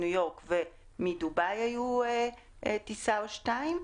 מניו-יורק ומדובאי היו טיסה או שתיים,